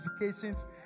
notifications